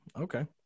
Okay